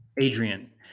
Adrian